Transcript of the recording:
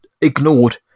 ignored